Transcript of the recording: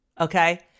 okay